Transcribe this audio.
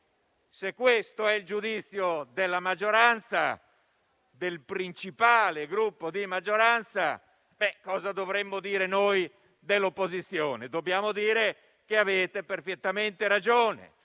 se questo è il giudizio della maggioranza, del principale Gruppo di maggioranza, che cosa dovremmo dire noi dell'opposizione? Dobbiamo dire che avete perfettamente ragione;